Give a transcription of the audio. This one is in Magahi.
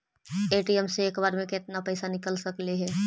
ए.टी.एम से एक बार मे केत्ना पैसा निकल सकली हे?